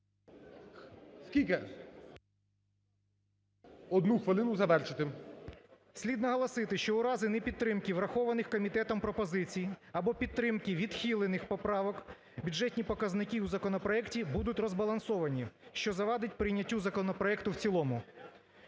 Скільки? Одну хвилину завершити. ГОРБУНОВ О.В. Слід наголосити, що у разі непідтримки врахованих комітетом пропозицій або підтримки відхилених поправок бюджетні показники у законопроекті будуть розбалансовані, що завадить прийняттю законопроекту в цілому.